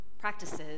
practices